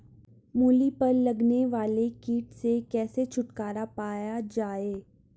मूली पर लगने वाले कीट से कैसे छुटकारा पाया जाये?